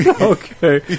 Okay